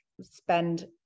spend